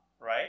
right